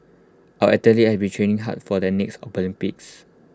our athletes have been training hard for the next Olympics